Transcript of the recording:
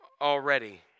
already